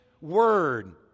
word